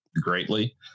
greatly